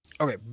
Okay